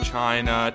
China